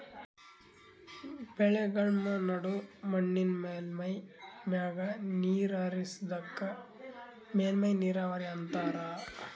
ಬೆಳೆಗಳ್ಮ ನಡು ಮಣ್ಣಿನ್ ಮೇಲ್ಮೈ ಮ್ಯಾಗ ನೀರ್ ಹರಿಸದಕ್ಕ ಮೇಲ್ಮೈ ನೀರಾವರಿ ಅಂತಾರಾ